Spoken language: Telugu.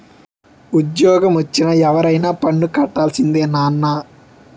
ఉజ్జోగమొచ్చిన ఎవరైనా పన్ను కట్టాల్సిందే నాన్నా